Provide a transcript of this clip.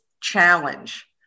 challenge